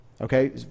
okay